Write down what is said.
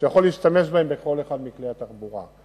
הוא יכול להשתמש בהם בכל אחד מכלי התחבורה,